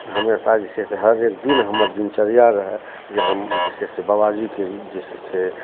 हमेशा जे छै से हरेक दिन हमर दिनचर्या रहय जे हम जे छै से बाबाजीके जे छै से